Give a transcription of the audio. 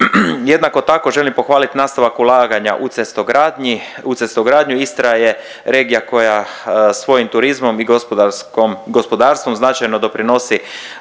Jednako tako želim pohvalit nastavak ulaganja u cestogradnji, u cestogradnju. Istra je regija koja svojim turizmom i gospodarskom, gospodarstvom značajno doprinosi